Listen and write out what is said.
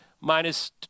minus